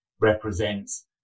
represents